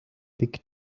big